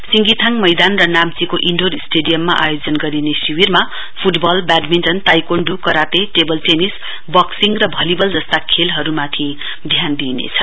सिंगिथाङ मैदान र नाम्चीको इन्डोर स्टेडियममा आयोजन गरिने शिविरमा football badminton taekwondo karate table tennis boxing र भलीबल जस्ता खेलहरूमाथि ध्यान दिइनेछ